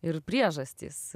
ir priežastys